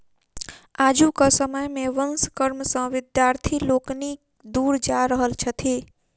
आजुक समय मे वंश कर्म सॅ विद्यार्थी लोकनि दूर जा रहल छथि